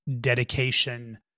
dedication